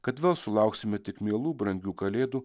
kad vėl sulauksime tik mielų brangių kalėdų